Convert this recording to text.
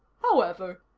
however,